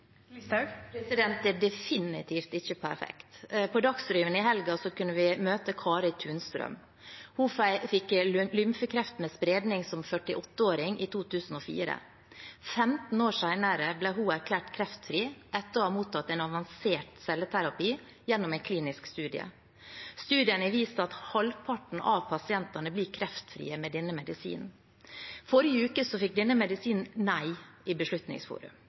Det er definitivt ikke perfekt. På Dagsrevyen i helgen kunne vi møte Kari Tunstrøm. Hun fikk lymfekreft med spredning som 48-åring i 2004. 15 år senere ble hun erklært kreftfri etter å ha mottatt en avansert celleterapi gjennom en klinisk studie. Studien har vist at halvparten av pasientene blir kreftfri med denne medisinen. Forrige uke fikk denne medisinen nei i Beslutningsforum.